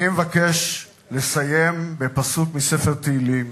אני מבקש לסיים בפסוק מספר תהילים,